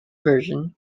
version